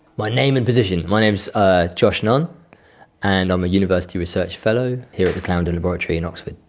my name and position? my name is ah josh nunn and i'm a university research fellow here at the clarendon laboratory in oxford.